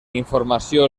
informació